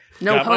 No